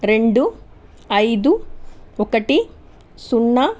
రెండు అయిదు ఒకటి సున్నా